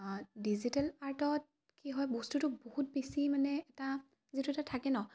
digital আৰ্টত কি হয় বস্তুটো বহুত বেছি মানে এটা যিটো এটা থাকে ন